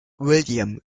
william